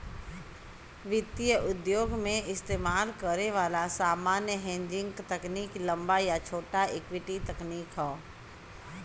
वित्तीय उद्योग में इस्तेमाल करे वाला सामान्य हेजिंग तकनीक लंबा या छोटा इक्विटी तकनीक हौ